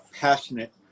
passionate